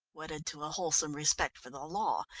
wedded to a wholesome respect for the law,